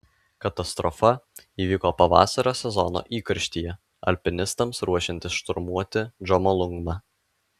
katastrofa įvyko pavasario sezono įkarštyje alpinistams ruošiantis šturmuoti džomolungmą